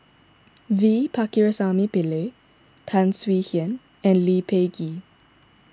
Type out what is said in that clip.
V Pakirisamy Pillai Tan Swie Hian and Lee Peh Gee